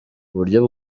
uburyo